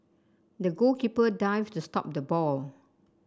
the goalkeeper dived to stop the ball